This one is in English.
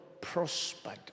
prospered